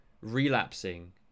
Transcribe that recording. relapsing